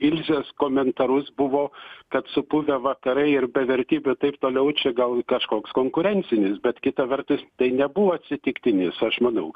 ilzės komentarus buvo kad supuvę vakarai ir be vertybių taip toliau čia gal kažkoks konkurencinis bet kita vertus tai nebuvo atsitiktinis aš manau